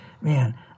man